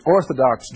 Orthodox